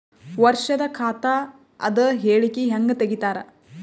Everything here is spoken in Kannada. ವರ್ಷದ ಖಾತ ಅದ ಹೇಳಿಕಿ ಹೆಂಗ ತೆಗಿತಾರ?